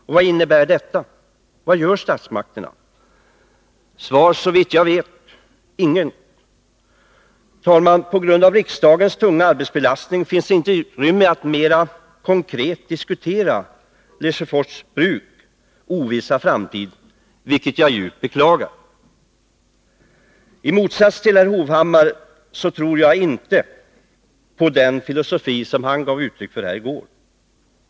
Och vad innebär detta? Vad gör statsmakterna? Svar: Såvitt jag vet ingenting. På grund av riksdagens tunga arbetsbelastning finns inte utrymme för att mer konkret diskutera Lesjöfors Bruks ovissa framtid, vilket jag djupt beklagar. I motsats till herr Hovhammar tror jag inte på den filosifi som han i går förklarade sin tilltro till.